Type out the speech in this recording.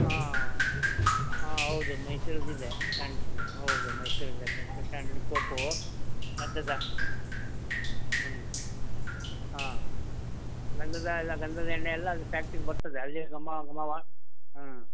ಹಾಂ ಹಾಂ ಹೌದು ಮೈಸೂರಲ್ಲಿದೆ ಸ್ಯಾಂಡಲು ಹೌದು ಮೈಸೂರಲ್ಲಿದೆ ಮೈಸೂರ್ ಸ್ಯಾಂಡ್ಲು ಸೋಪು ಗಂಧದ ಹ್ಞೂ ಹ್ಞೂ ಹಾಂ ಗಂಧದ ಅಲ್ಲ ಗಂಧದ ಎಣ್ಣೆ ಎಲ್ಲ ಅಲ್ಲಿ ಫ್ಯಾಕ್ಟ್ರಿಗೆ ಬರ್ತದೆ ಅಲ್ಲಿ ಘಮ ಘಮ ವಾ ಹ್ಞೂ